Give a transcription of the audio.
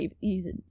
easy